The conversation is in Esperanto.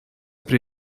pri